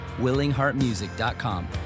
willingheartmusic.com